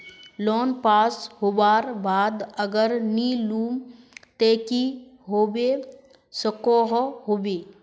Loan pass होबार बाद अगर नी लुम ते की होबे सकोहो होबे?